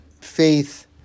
faith